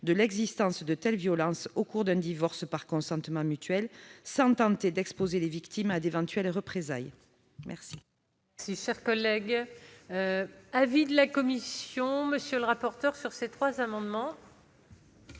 de l'existence de telles violences au cours d'un divorce par consentement mutuel, sans risquer d'exposer les victimes à d'éventuelles représailles. Quel